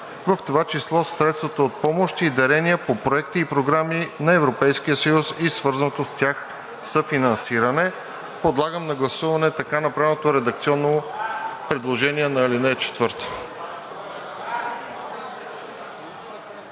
в това число средствата от помощи и дарения по проекти и програми на Европейския съюз и свързаното с тях съфинансиране.“ Подлагам на гласуване така направеното редакционно предложение на ал. 4.